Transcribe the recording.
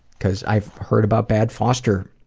cause i've heard about bad foster